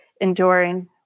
enduring